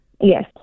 Yes